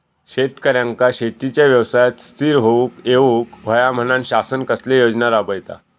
शेतकऱ्यांका शेतीच्या व्यवसायात स्थिर होवुक येऊक होया म्हणान शासन कसले योजना राबयता?